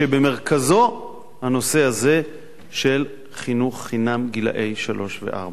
שבמרכזו הנושא הזה של חינוך חינם לגילאי שלוש וארבע.